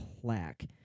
plaque